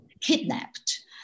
kidnapped